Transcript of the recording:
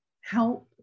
help